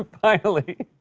ah finally